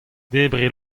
debriñ